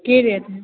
कि रेट हइ